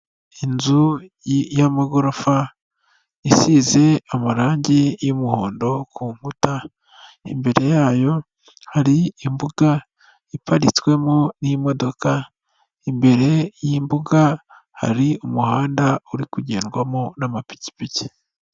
Inzu y'amagorofa isize amarangi y'umuhondo ku nkuta, imbere yayo hari imbuga iparitswemo n'imodoka, imbere y'imbuga hari umuhanda uri kugendwamo n'amapikipiki.